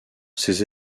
ces